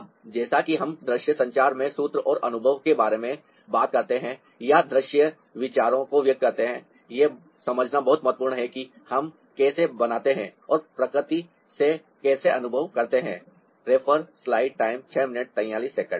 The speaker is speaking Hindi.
अब जैसा कि हम दृश्य संचार में सूत्र और अनुभव के बारे में बात करते हैं या दृश्य विचारों को व्यक्त करते हैं यह समझना बहुत महत्वपूर्ण है कि हम कैसे बनाते हैं और प्रकृति से कैसे अनुभव करते हैं